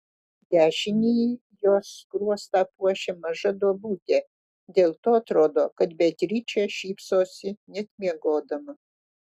dešinįjį jos skruostą puošia maža duobutė dėl to atrodo kad beatričė šypsosi net miegodama